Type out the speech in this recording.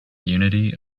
unity